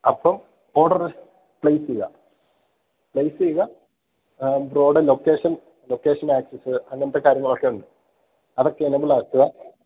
അപ്പം order place ചെയ്യുക place ചെയ്യുക ബ്രോയുടെ ലൊക്കേഷൻ ലൊക്കേഷൻ ആക്സസ് അങ്ങനത്തെ കാര്യങ്ങളൊക്കെയുണ്ട് അതൊക്കെ എനേബിളാക്കുക